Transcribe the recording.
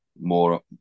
more